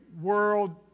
world